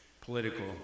political